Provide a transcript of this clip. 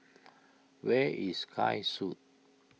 where is Sky Suites